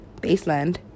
baseland